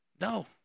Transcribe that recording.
No